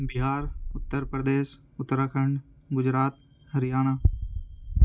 Bihar Uttar Pradesh Uttarakhand Gujarat Haryana